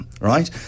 right